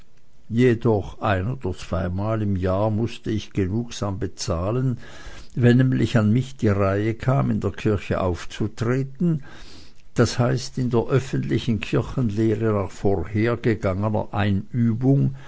jedoch ein oder zweimal im jahre mußte ich genugsam bezahlen wenn nämlich an mich die reihe kam in der kirche aufzutreten d h in der öffentlichen kirchenlehre nach vorhergegangener einübung